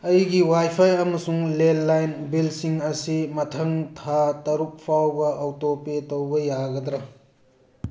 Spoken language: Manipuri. ꯑꯩꯒꯤ ꯋꯥꯏꯐꯥꯏ ꯑꯃꯁꯨꯡ ꯂꯦꯂꯥꯏꯟ ꯕꯤꯜꯁꯤꯡ ꯑꯁꯤ ꯃꯊꯪ ꯊꯥ ꯇꯔꯨꯛ ꯐꯥꯎꯕ ꯑꯧꯇꯣ ꯄꯦ ꯇꯧꯕ ꯌꯥꯒꯗ꯭ꯔꯥ